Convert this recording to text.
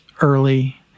early